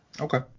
Okay